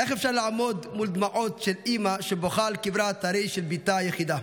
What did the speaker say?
איך אפשר לעמוד מול דמעות של אימא שבוכה על קברה הטרי של בתה היחידה?